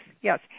Yes